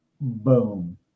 Boom